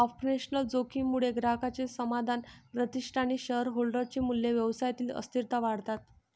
operational जोखीम मुळे ग्राहकांचे समाधान, प्रतिष्ठा आणि शेअरहोल्डर चे मूल्य, व्यवसायातील अस्थिरता वाढतात